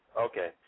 Okay